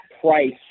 price